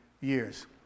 years